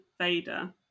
Vader